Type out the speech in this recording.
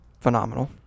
phenomenal